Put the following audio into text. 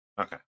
Okay